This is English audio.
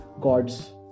God's